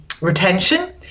retention